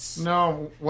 No